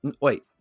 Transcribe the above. Wait